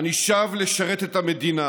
אני שב לשרת את המדינה